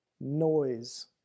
noise